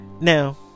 Now